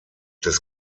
des